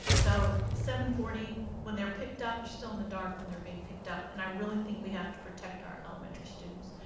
so seven forty, when they're picked up, they're still in the dark when they're being picked up and i really think we have to protect our elementary students.